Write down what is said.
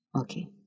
Okay